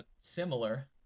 similar